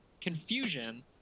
confusion